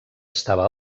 estava